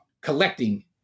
collecting